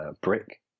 brick